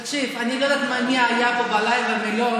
תקשיב, אני לא יודעת מי היה פה בלילה ומי לא.